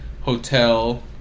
hotel